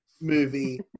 movie